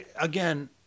again